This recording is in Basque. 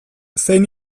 zein